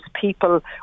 people